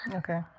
okay